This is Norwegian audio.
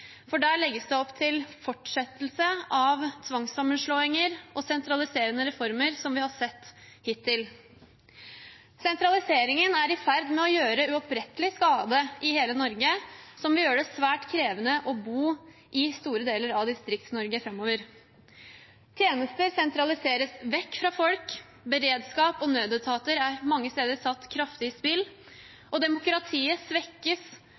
for der legges det opp til fortsettelse av tvangssammenslåinger og sentraliserende reformer, som vi har sett hittil. Sentraliseringen er i ferd med å gjøre uopprettelig skade i hele Norge, og som vil gjøre det svært krevende å bo i store deler av Distrikts-Norge framover. Tjenester sentraliseres vekk fra folk, beredskap og nødetater er mange steder satt kraftig i spill, og demokratiet svekkes